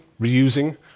reusing